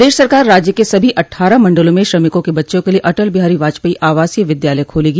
प्रदेश सरकार राज्य के सभी अट्ठारह मंडलों में श्रमिकों के बच्चों के लिये अटल बिहारी वाजपेई आवासीय विद्यालय खोलेगी